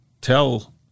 tell